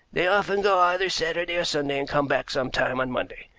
they often go either saturday or sunday, and come back some time on monday.